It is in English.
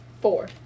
Four